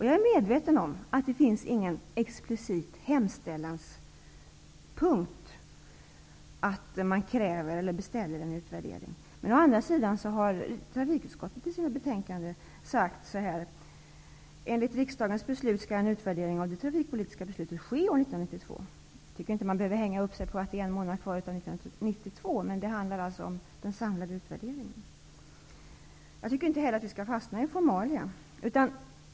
Jag är medveten om att det inte finns någon explicit hemställanspunkt där en utvärdering krävs eller beställs. Å andra sidan har trafikutskottet i sitt betänkande sagt: Enligt riksdagens skall en utvärdering av det trafikpolitiska beslutet ske år 1992. Man behöver inte hänga upp sig på att det är en månad kvar av 1992. Det handlar här om en samlad utvärdering. Jag tycker inte heller att vi skall fastna i formalia.